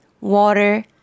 water